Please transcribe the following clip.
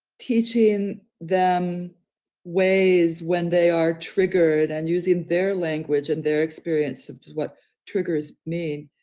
teaching them ways when they are triggered and using their language and their experience of what triggers mean,